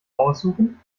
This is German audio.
aussuchen